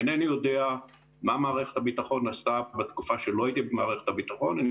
אינני יודע מה מערכת הביטחון עשתה בתקופה שלא הייתי במערכת הביטחון,